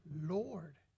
Lord